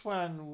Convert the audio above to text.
one